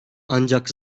ancak